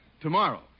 tomorrow